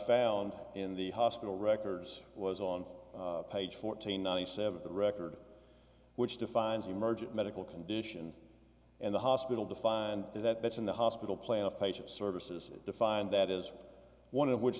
found in the hospital records was on page fourteen ninety seven the record which defines emergent medical condition and the hospital defined that's in the hospital playoff patient services defined that is one of which